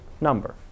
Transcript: number